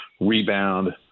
rebound